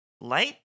light